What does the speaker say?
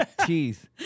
teeth